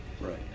Right